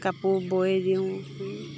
কাপোৰ বৈ দিওঁ